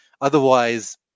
Otherwise